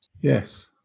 Yes